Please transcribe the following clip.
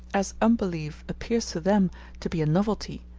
as unbelief appears to them to be a novelty,